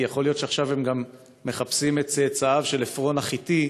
כי יכול להיות שעכשיו הם גם מחפשים את צאצאיו של עפרון החתי,